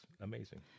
amazing